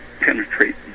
penetrate